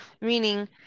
meaning